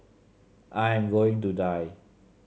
I am going to die